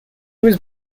was